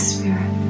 Spirit